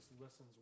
listens